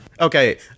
Okay